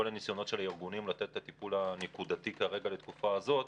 הניסיונות של הארגונים לתת את הטיפול הנקודתי לתקופה הזאת,